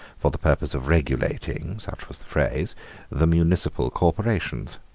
for the purpose of regulating such was the phrase the municipal corporations.